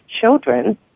children